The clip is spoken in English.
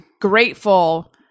grateful